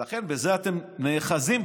בזה אתם נאחזים,